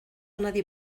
nadie